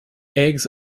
eggs